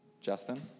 Justin